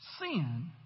sin